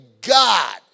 God